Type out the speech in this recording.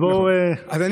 אז בוא,